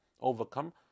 overcome